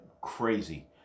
crazy